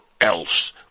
else